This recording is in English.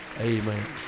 Amen